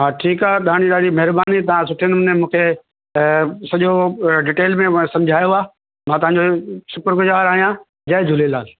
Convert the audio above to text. हा ठीकु आहे तव्हांजी ॾाढी महिरबानी तव्हां सुठे नमूने मूंखे सॼो डिटेल में मां समुझायो आहे मां तव्हांजो शुक्रु गुज़ार आहियां जय झूलेलाल